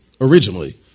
originally